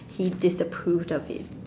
he disapproved of it